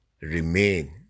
remain